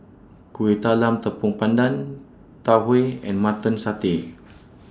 Kueh Talam Tepong Pandan Tau Huay and Mutton Satay